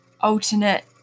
alternate